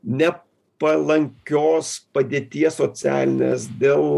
ne palankios padėties socialinės dėl